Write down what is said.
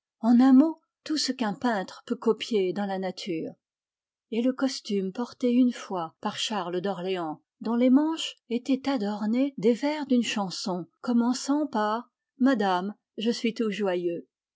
en un mot tout ce qu'un peintre peut copier dans la nature et le costume porté une fois par charles d'orléans dont les manches étaient adornées des vers d'une chanson commençant par madame je suis tout joyeux